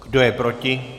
Kdo je proti?